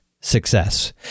success